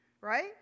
right